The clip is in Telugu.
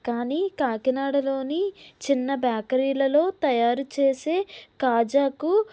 కానీ కాకినాడలోని చిన్న బేకరీలలో తయారు చేసే కాజాకు